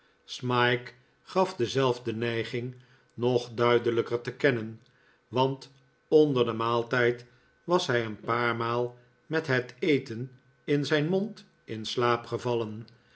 smike gaf dezelfde neiging nog duidelijker te kennen want onder den maaltijd was hij een paar maal met het eten in zijn mond in slaap gevallen